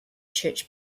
church